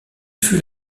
fut